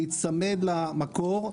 להיצמד למקור,